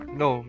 no